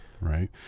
Right